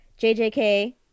JJK